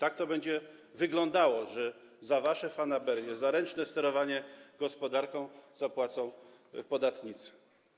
I to będzie wyglądało tak, że za wasze fanaberie, za ręczne sterowanie gospodarką zapłacą podatnicy.